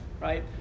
right